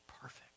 perfect